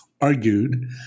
argued